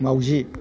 माउजि